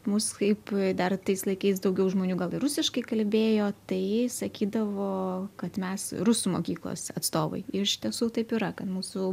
mus kaip dar tais laikais daugiau žmonių gal ir rusiškai kalbėjo tai sakydavo kad mes rusų mokyklos atstovai iš tiesų taip yra kad mūsų